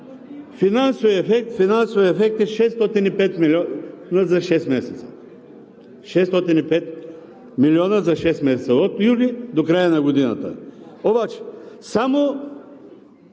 финансовият ефект е 605 милиона за шест месеца. 605 милиона за шест месеца – от юли до края на годината,